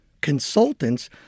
Consultants